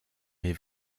mes